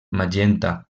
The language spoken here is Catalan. magenta